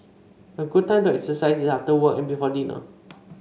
a good time to exercise is after work and before dinner